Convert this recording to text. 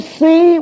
see